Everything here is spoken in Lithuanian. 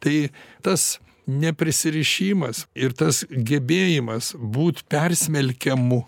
tai tas neprisirišimas ir tas gebėjimas būtipersmelkiamu